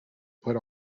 put